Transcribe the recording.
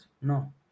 no